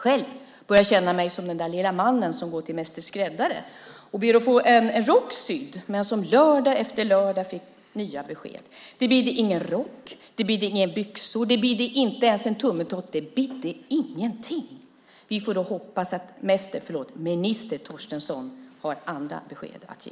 Själv börjar jag känna mig som den där lilla mannen som gick till mäster skräddare och bad att få en rock sydd men som lördag efter lördag fick nya besked. Det bidde ingen rock. Det bidde inga byxor. Det bidde inte ens en tummetott. Det bidde ingenting. Vi får hoppas att mäster . förlåt, minister Torstensson har andra besked att ge.